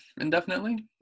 indefinitely